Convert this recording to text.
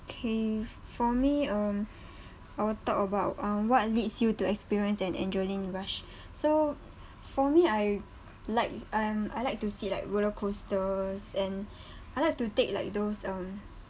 okay for me um I will talk about um what leads you to experience an adrenaline rush so for me I like um I like to sit like roller coasters and I like to take like those um